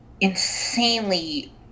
insanely